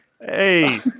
Hey